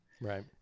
right